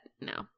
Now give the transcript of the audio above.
no